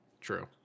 true